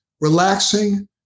relaxing